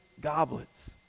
goblets